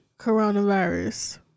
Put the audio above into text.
Coronavirus